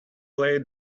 lay